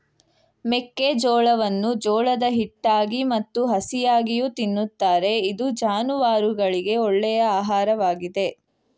ಮೆಕ್ಕೆಜೋಳವನ್ನು ಜೋಳದ ಹಿಟ್ಟಾಗಿ ಮತ್ತು ಹಸಿಯಾಗಿಯೂ ತಿನ್ನುತ್ತಾರೆ ಇದು ಜಾನುವಾರುಗಳಿಗೆ ಒಳ್ಳೆಯ ಆಹಾರವಾಗಿದೆ